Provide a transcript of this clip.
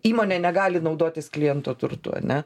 įmonė negali naudotis kliento turtu ane